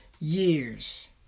years